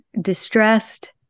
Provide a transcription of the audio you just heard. distressed